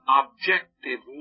objective